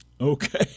Okay